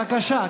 בבקשה.